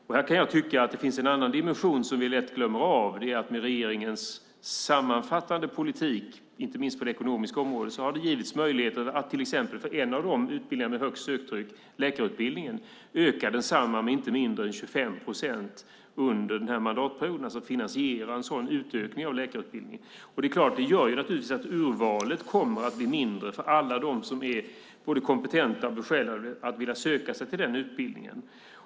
Jag tycker att det finns en annan dimension som vi lätt glömmer, nämligen att med regeringens sammanfattande politik, inte minst på det ekonomiska området, har det getts möjligheter. Det gäller till exempel en av de utbildningar som har ett stort söktryck - läkarutbildningen. Man har finansierat en utökning med inte mindre än 25 procent av läkarutbildningen under denna mandatperiod. Det gör naturligtvis att urvalet kommer att bli mindre för alla som är både kompetenta och besjälade av att söka sig till den utbildningen.